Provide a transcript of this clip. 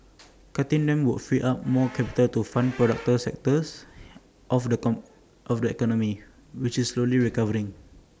cutting them would free up more capital to fund productive sectors of the com economy which is slowly recovering